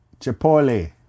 Chipotle